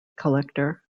collector